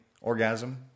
orgasm